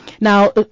Now